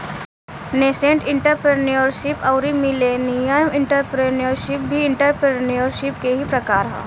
nascent entrepreneurship अउरी millennial entrepreneurship भी entrepreneurship के ही प्रकार ह